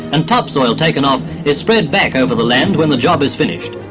and topsoil taken off is spread back over the land when the job is finished.